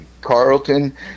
Carlton